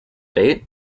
date